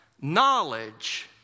knowledge